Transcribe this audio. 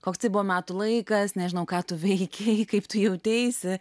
koks tai buvo metų laikas nežinau ką tu veiki kaip tu jauteisi